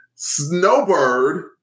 snowbird